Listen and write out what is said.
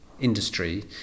industry